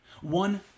One